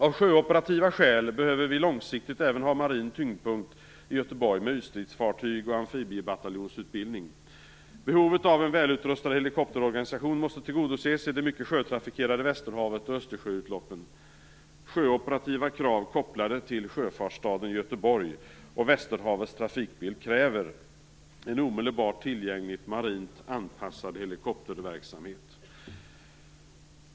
Av sjöoperativa skäl behöver man långsiktigt även ha marin tyngdpunkt i Göteborg med ytstridsfartyg och amfibiebataljonsutbildning. Behovet av en välutrustad helikopterorganisation måste tillgodoses i det mycket sjötrafikerade Västerhavet och i Östersjöutloppen. Sjöoperativa krav kopplade till sjöfartsstaden Göteborg och Västerhavets trafikbild kräver en omedelbart tillgänglig marint anpassad helikopterverksamhet.